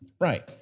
Right